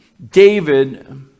David